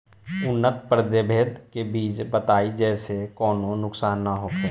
उन्नत प्रभेद के बीज बताई जेसे कौनो नुकसान न होखे?